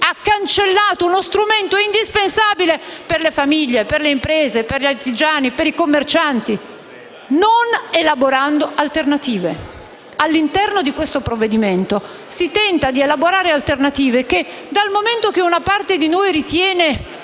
ha cancellato uno strumento indispensabile per le famiglie, per le imprese, per gli artigiani e i commercianti, non elaborando alternative. All'interno del provvedimento in esame si tenta di elaborare alternative che, dal momento che una parte di noi ritiene identiche